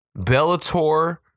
Bellator